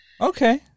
Okay